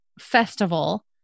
festival